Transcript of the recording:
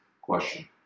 question